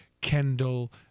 Kendall